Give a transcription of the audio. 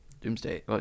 Doomsday